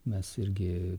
mes irgi